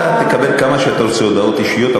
אתה תקבל כמה שאתה רוצה הודעות אישיות,